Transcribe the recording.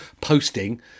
posting